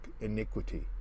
iniquity